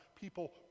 people